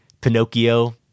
Pinocchio